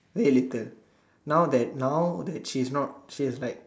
very little now that now that she is not she is like